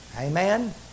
amen